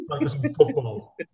football